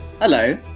Hello